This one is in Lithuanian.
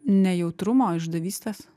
nejautrumo išdavystės